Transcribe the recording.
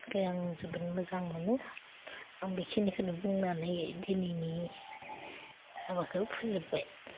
खाय आं जोबोद मोजां मोनो आं बेखिनिखोनो बुंनानै दिनैनि हाबाखौ फोजोब्बाय